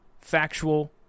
factual